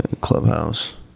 Clubhouse